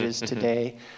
today